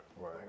right